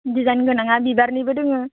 design गोनाङा बिबारनिबो दोङो